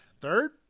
Third